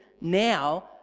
now